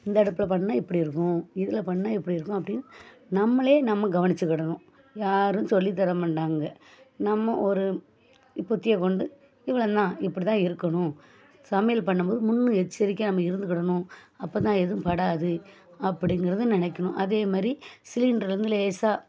இந்த அடுப்பில் பண்ணால் இப்படி இருக்கும் இதில் பண்ணால் இப்படி இருக்கும் அப்படின்னு நம்மளே நம்மை கவனித்துக் கிடணும் யாரும் சொல்லித் தரமாட்டாங்க நம்ம ஒரு புத்தியை கொண்டு இவ்ளவுதான் இப்படித்தான் இருக்கணும் சமையல் பண்ணும் போது முன்னெச்சரிக்கையாக நம்ம இருந்துக்கிடணும் அப்போ தான் எதுவும் படாது அப்படிங்கிறது நினைக்கணும் அதேமாதிரி சிலிண்டருலேருந்து லேசாக